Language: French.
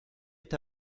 est